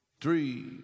three